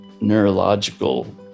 neurological